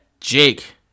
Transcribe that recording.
Jake